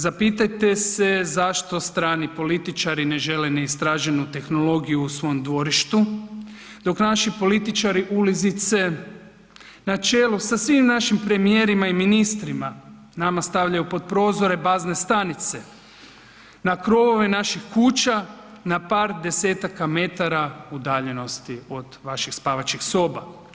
Zapitajte se zašto stani političari ne žele neistraženu tehnologiju u svom dvorištu, dok naši političari ulizice na čelu sa svim našim premijerima i ministrima, nama stavljaju pod prozore bazne stanice, na krovove naših kuća, na par desetaka metara udaljenosti od vaših spavaćih soba.